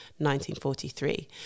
1943